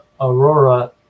aurora